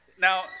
Now